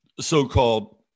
so-called